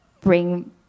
bring